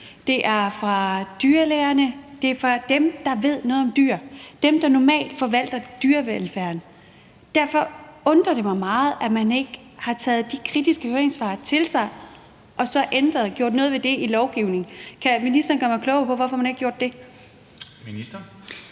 det er fra dyrlægerne, det er fra dem, der ved noget om dyr, dem, der normalt forvalter dyrevelfærden. Derfor undrer det mig meget, at man ikke har taget de kritiske høringssvar til sig og så gjort noget ved det i lovgivningen. Kan ministeren gøre mig klogere på, hvorfor man ikke har gjort det?